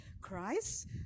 Christ